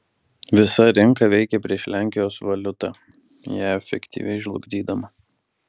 visa rinka veikė prieš lenkijos valiutą ją efektyviai žlugdydama